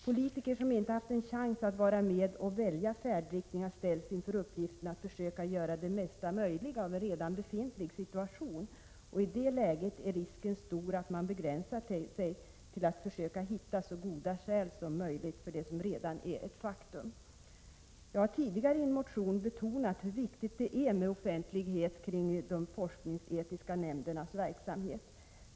Politiker, som inte haft en chans att vara med och välja färdriktning, har ställts inför uppgiften att försöka göra det bästa möjliga av en redan befintlig situation. I det läget är risken stor att man begränsar sig till att försöka hitta så goda skäl som möjligt för det som redan är ett faktum. Jag har tidigare i en motion betonat hur viktigt det är med offentlighet kring de forskningsetiska nämndernas verksamhet.